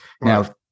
now